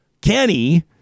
Kenny